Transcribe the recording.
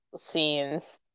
scenes